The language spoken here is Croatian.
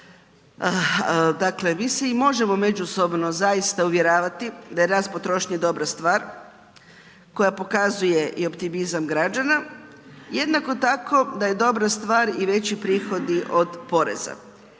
Dakle, mi se i možemo zaista uvjeravati da rast potrošnje dobra stvar koje pokazuje i optimizam građana, jednako tako da je i dobra stvar i veći prihodi od poreza.